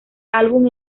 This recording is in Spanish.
álbum